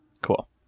Cool